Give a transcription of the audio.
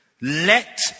Let